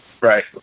Right